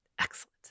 Excellent